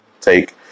take